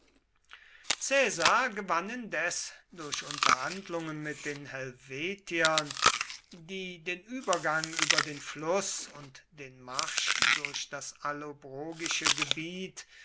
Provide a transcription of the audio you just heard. caesar gewann indes durch unterhandlungen mit den helvetiern die den übergang über den fluß und den marsch durch das allobrogische gebiet